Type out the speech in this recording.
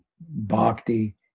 bhakti